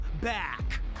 back